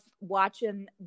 watching